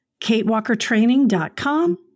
katewalkertraining.com